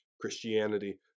Christianity